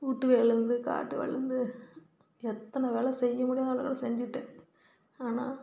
வீட்டு வேலைலிருந்து காட்டு வேலைலிருந்து எத்தனை வேலை செய்ய முடியாத அளவில் செஞ்சுட்டேன் ஆனால்